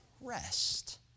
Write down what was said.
rest